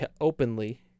openly